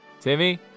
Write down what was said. Timmy